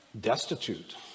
destitute